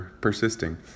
persisting